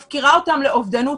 מפקירה אותם לאובדנות.